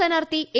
സ്ഥാനാർത്ഥി എ